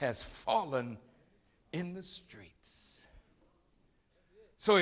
has fallen in the streets so